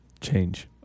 change